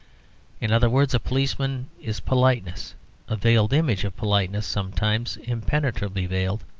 in other words, a policeman is politeness a veiled image of politeness sometimes impenetrably veiled.